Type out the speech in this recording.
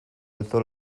alzó